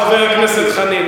חבר הכנסת חנין,